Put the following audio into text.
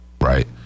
right